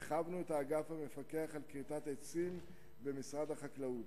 הרחבנו את האגף המפקח על כריתת עצים במשרד החקלאות,